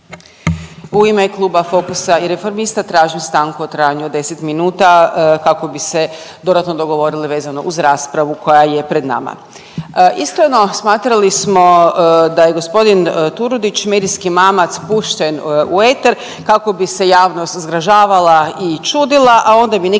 U ime Kluba Fokusa i Reformista tražim stanku u trajanju od 10 minuta kako bi se dodatno dogovorili vezano uz raspravu koja je pred nama. Iskreno smatrali smo da je gospodin Turudić medijski mamac pušten u eter kako bi se javnost zgražavala i čudila, a onda bi neki